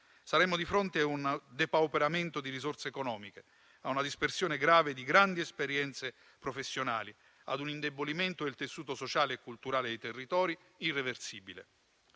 Saremmo di fronte a un depauperamento di risorse economiche, a una dispersione grave di grandi esperienze professionali, ad un indebolimento del tessuto sociale e culturale dei territori irreversibile.